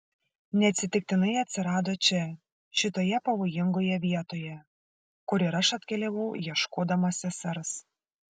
neatsitiktinai atsirado čia šitoje pavojingoje vietoje kur ir aš atkeliavau ieškodama sesers